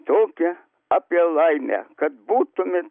tokią apie laimę kad būtumėt